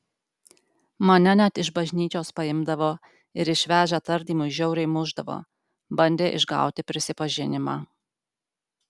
mane net iš bažnyčios paimdavo ir išvežę tardymui žiauriai mušdavo bandė išgauti prisipažinimą